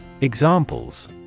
Examples